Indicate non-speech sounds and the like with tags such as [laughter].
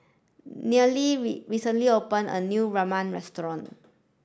Neely [unintelligible] recently opened a new Ramen restaurant